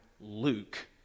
Luke